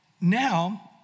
now